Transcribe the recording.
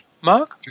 Mark